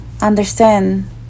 understand